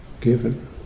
given